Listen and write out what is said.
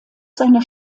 seiner